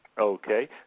Okay